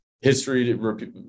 history